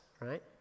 right